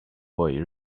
boy